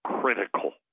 critical